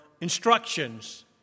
instructions